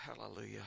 hallelujah